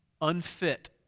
unfit